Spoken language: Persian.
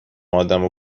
آدمو